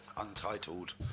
Untitled